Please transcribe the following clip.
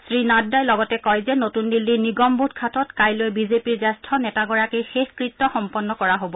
শ্ৰীনাড্ডাই কয় যে নতুন দিল্লীৰ নিগমবোধ ঘাটত কাইলৈ বিজেপিৰ জ্যেষ্ঠ নেতাগৰাকীৰ শেষকৃত্য সম্পন্ন কৰা হব